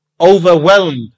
overwhelmed